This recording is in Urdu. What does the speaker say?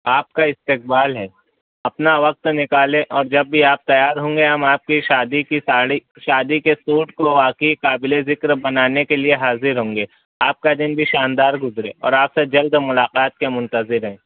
آپ کا استقبال ہے اپنا وقت نکالیں اور جب بھی آپ تیار ہوں گے ہم آپ کی شادی کی ساڑی شادی کے سوٹ کو واقعی قابل ذکر بنانے کے لیے حاضر ہوں گے آپ کا دن بھی شاندار گزرے اور آپ سے جلد ملاقات کے منتظر ہیں